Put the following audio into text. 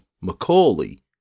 Macaulay